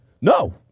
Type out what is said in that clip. No